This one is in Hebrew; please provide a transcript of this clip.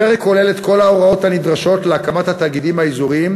הפרק כולל את כל ההוראות הנדרשות להקמת התאגידים האזוריים,